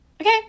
Okay